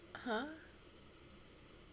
hmm